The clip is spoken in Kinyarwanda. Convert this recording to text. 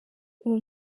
uwo